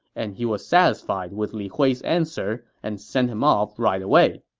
and he was satisfied with li hui's answer and sent him off right away